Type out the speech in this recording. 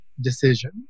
decision